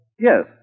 Yes